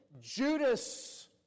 Judas